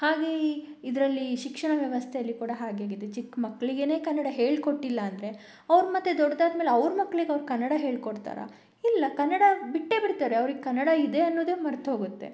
ಹಾಗೆ ಈ ಇದರಲ್ಲಿ ಈ ಶಿಕ್ಷಣ ವ್ಯವಸ್ಥೆಯಲ್ಲಿ ಕೂಡ ಹಾಗೆ ಆಗಿದೆ ಚಿಕ್ಕ ಮಕ್ಳಿಗೇ ಕನ್ನಡ ಹೇಳಿ ಕೊಟ್ಟಿಲ್ಲ ಅಂದರೆ ಅವ್ರು ಮತ್ತೆ ದೊಡ್ದಾದ ಮೇಲೆ ಅವ್ರ ಮಕ್ಳಿಗೆ ಅವರು ಕನ್ನಡ ಹೇಳಿ ಕೊಡ್ತಾರಾ ಇಲ್ಲ ಕನ್ನಡ ಬಿಟ್ಟೇ ಬಿಡ್ತಾರೆ ಅವ್ರಿಗೆ ಕನ್ನಡ ಇದೆ ಅನ್ನೋದೇ ಮರ್ತು ಹೋಗುತ್ತೆ